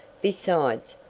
besides,